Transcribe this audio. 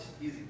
Easy